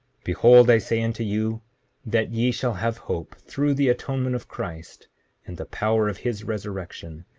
behold i say unto you that ye shall have hope through the atonement of christ and the power of his resurrection,